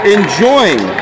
Enjoying